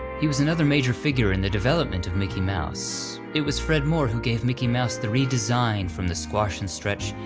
he was another major figure in the development of mickey mouse. it was fred moore who gave mickey mouse the redesign from the squash and stretch,